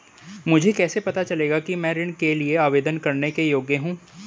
मुझे कैसे पता चलेगा कि मैं ऋण के लिए आवेदन करने के योग्य हूँ?